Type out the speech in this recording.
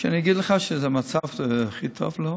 בחלק זה כבר מורכב אצלי בחדר.